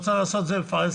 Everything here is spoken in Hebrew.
לא צריך לעשות את זה בפרהסיה,